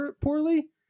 poorly